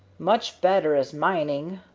much better as mining.